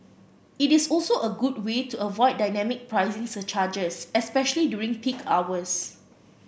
it is also a good way to avoid dynamic pricing surcharges especially during peak hours